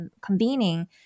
convening